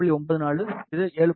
9 4 இது 7